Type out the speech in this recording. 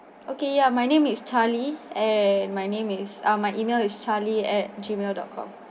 okay yeah my name is charlie and my name is uh my email is charlie at gmail dot com